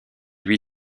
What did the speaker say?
lui